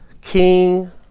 king